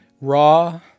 raw